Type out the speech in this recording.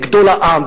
גדול העם,